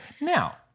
Now